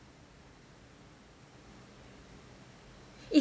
is